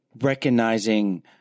recognizing